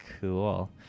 Cool